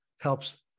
helps